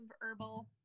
herbal